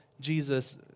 Jesus